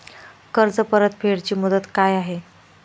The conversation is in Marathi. कर्ज परतफेड ची मुदत काय आहे?